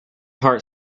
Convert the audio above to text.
heart